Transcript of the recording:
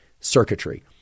circuitry